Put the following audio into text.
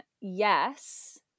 yes